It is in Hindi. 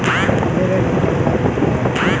मेरे ऋण का ब्याज कितना है?